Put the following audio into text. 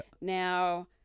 Now